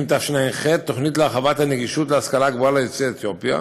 תשע"ח תוכנית להרחבת הנגישות להשכלה גבוהה ליוצאי אתיופיה.